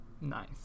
Nice